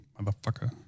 motherfucker